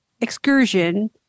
excursion